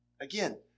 Again